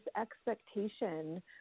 expectation